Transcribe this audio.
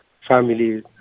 Family